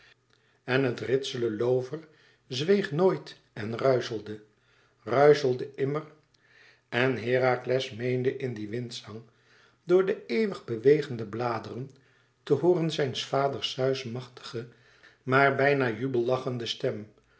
en het ritsele loover zweeg nooit en ruischelde ruischelde immer en herakles meende in dien windzang door de eeuwig bewegende bladeren te hooren zijns vaders zeus machtige maar bijna jubellachende stem